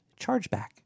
chargeback